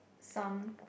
some